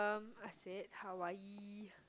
um I said Hawaii